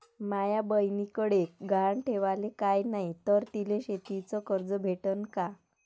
माया बयनीकडे गहान ठेवाला काय नाही तर तिले शेतीच कर्ज भेटन का?